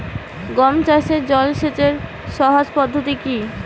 গম চাষে জল সেচের সহজ পদ্ধতি কি?